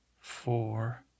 four